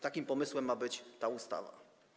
Takim pomysłem ma być ta ustawa.